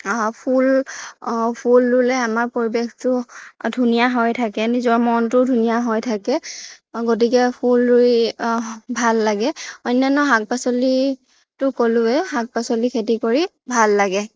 ফুল ফুল ৰুলে আমাৰ পৰিৱেশটো ধুনীয়া হৈ থাকে নিজৰ মনটোও ধুনীয়া হৈ থাকে গতিকে ফুল ৰুই ভাল লাগে অন্যান্য শাক পাচলিতো ক'লোৱেই শাক পাচলিৰ খেতি কৰি ভাল লাগে